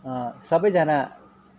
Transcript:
सबैजना